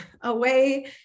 away